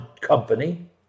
company